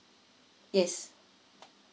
yes